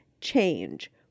change